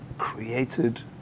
created